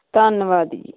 ਧੰਨਵਾਦ ਜੀ